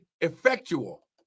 effectual